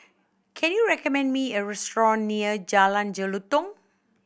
can you recommend me a restaurant near Jalan Jelutong